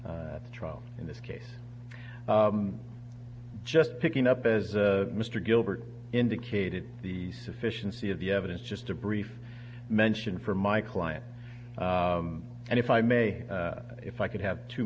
trial in this case just picking up as the mr gilbert indicated the sufficiency of the evidence just a brief mention for my client and if i may if i could have two